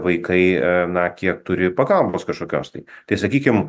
vaikai na kiek turi pagalbos kažkokios tai tai sakykim